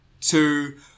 two